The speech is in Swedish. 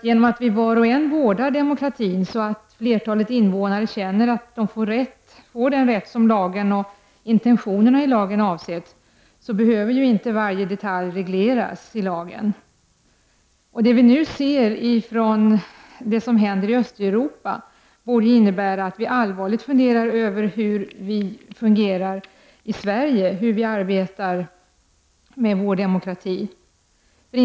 Genom att var och en vårdar demokratin så, att flertalet invånare känner att de får den rätt som lagen och dess intentioner avser att ge behöver inte varje detalj regleras i lagen. Det vi nu ser hända i Östeuropa borde innebära att vi allvarligt funderar över hur det fungerar i Sverige, hur demokratin här fungerar.